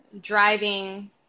driving